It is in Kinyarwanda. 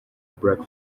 black